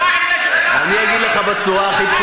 תגיד: הם לא עם.